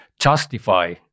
justify